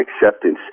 acceptance